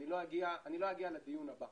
אני לא אגיע לדיון הבא.